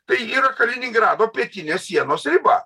tai yra kaliningrado pietinės sienos riba